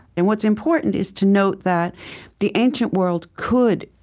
and what's important is to note that the ancient world could,